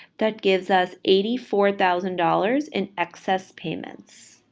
that gives us eighty four thousand dollars in excess payments.